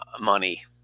money